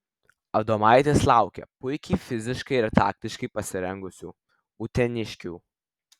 adomaitis laukia puikiai fiziškai ir taktiškai pasirengusių uteniškių